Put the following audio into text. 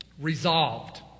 resolved